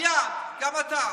מייד, גם אתה.